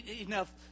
enough